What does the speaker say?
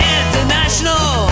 international